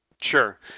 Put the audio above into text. Sure